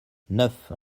neuf